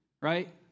right